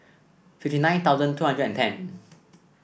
fifty nine thousand two hundred and ten